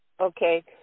okay